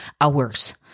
hours